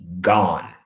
gone